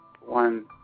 one